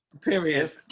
Period